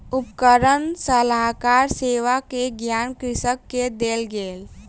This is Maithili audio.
उपकरण सलाहकार सेवा के ज्ञान कृषक के देल गेल